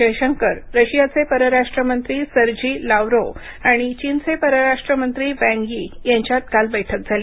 जयशंकर रशियाचे परराष्ट्र मंत्री सर्जी लाव्हरोव्ह आणि चीनचे परराष्ट्र मंत्री वँग यी यांच्यात काल बैठक झाली